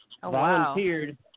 volunteered